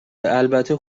البته